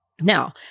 Now